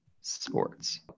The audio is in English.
sports